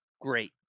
great